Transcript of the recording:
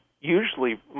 usually